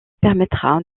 permettra